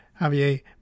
Javier